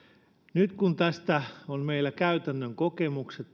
nyt kun tästä on meillä käytännön kokemukset